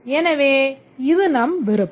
எனவே இது நம் விருப்பம்